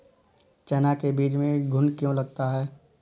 चना के बीज में घुन क्यो लगता है?